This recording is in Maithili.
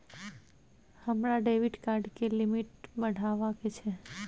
हमरा डेबिट कार्ड के लिमिट बढावा के छै